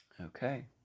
Okay